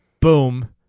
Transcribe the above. Boom